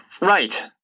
right